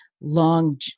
long